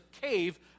cave